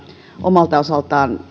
omalta osaltaan